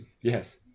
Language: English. Yes